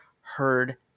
heard